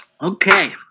Okay